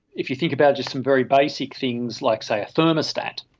if you think about just some very basic things like, say, a thermostat,